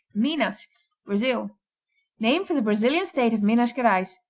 minas brazil name for the brazilian state of minas geraes,